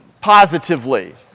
positively